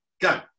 go